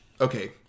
Okay